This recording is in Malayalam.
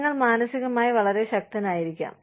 നിങ്ങൾ മാനസികമായി വളരെ ശക്തനായിരിക്കാം